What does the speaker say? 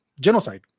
genocide